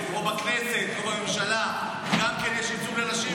או בכנסת או בממשלה גם כן יש ייצוג לנשים?